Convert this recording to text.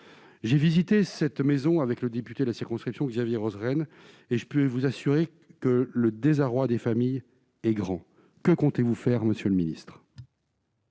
j'ai visité cette maison avec le député de la circonscription, Xavier Roseren et je peux vous assurer que le désarroi des familles est grand, que comptez-vous faire, Monsieur le Ministre.